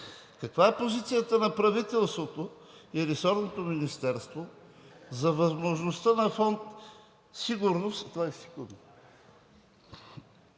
каква е позицията на правителството и ресорното министерство за възможността на Фонд „Сигурност… (Председателят